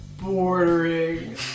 bordering